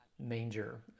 manger